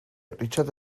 richard